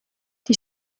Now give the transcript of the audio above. die